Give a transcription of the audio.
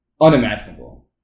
unimaginable